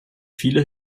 viele